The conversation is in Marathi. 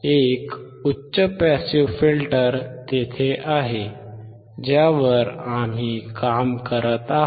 एक उच्च पासिव्ह फिल्टर तेथे आहे ज्यावर आम्ही काम करत आहोत